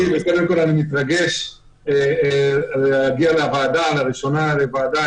אני מתרגש להגיע לוועדה לראשונה בראשות חבר הכנסת